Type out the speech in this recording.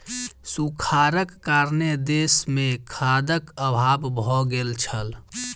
सूखाड़क कारणेँ देस मे खाद्यक अभाव भ गेल छल